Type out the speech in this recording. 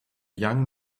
young